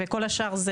וכל השאר?